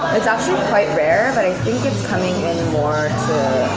it's actually quite rare, but i thinks it's coming in more to